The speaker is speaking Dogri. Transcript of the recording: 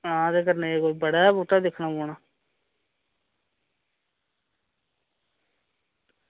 ते आं कन्नै बड़ दा बूह्टा दिक्खना पौना कन्नै